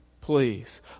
Please